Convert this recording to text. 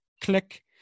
Click